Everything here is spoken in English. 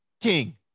King